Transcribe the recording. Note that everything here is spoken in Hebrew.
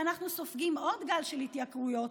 ואנחנו סופגים עוד גל של התייקרויות,